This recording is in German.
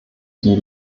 die